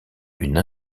une